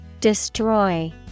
Destroy